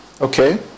okay